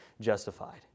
justified